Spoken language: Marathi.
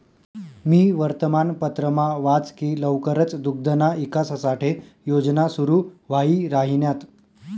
मी वर्तमानपत्रमा वाच की लवकरच दुग्धना ईकास साठे योजना सुरू व्हाई राहिन्यात